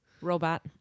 Robot